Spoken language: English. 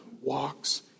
walks